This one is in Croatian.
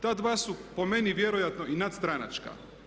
Ta dva su po meni vjerojatno i nadstranačka.